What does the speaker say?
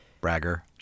Bragger